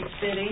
city